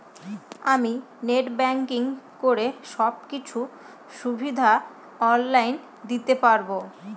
আমি net banking করে সব কিছু সুবিধা অন লাইন দিতে পারবো?